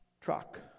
truck